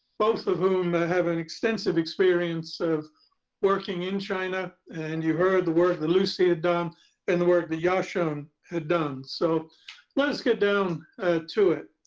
both of whom have an extensive experience of working in china. and you heard the work that lucy had done and the work the yasheng um had done. so let's get down to it.